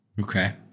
Okay